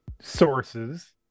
sources